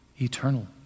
eternal